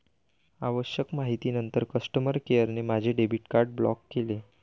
आवश्यक माहितीनंतर कस्टमर केअरने माझे डेबिट कार्ड ब्लॉक केले